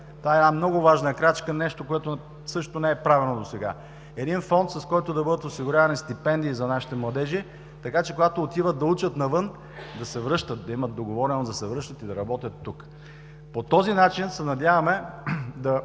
Това е една много важна крачка – нещо, което също не е правено досега. Един фонд, с който да бъдат осигурявани стипендии за нашите младежи, така че, когато отиват да учат навън, да се връщат, да имат договореност да се връщат и да работят тук. По този начин се надяваме да